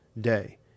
day